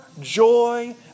joy